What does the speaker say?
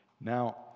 Now